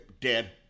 Dead